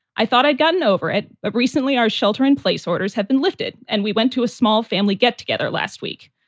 i thought i'd gotten over it. but recently, our shelter in place, orders have been lifted and we went to a small family get together last week.